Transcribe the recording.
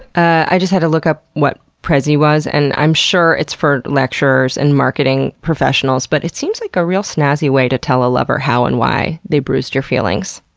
i just had to look up what prezi was, and i'm sure it's for lecturers and marketing professionals, but it seems like a real snazzy way to tell a lover how and why they bruised your feelings.